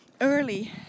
early